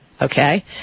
okay